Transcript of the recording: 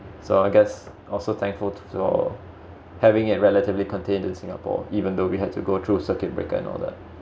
so I guess also thankful to for having it relatively contained in singapore even though we had to go through circuit breaker and all that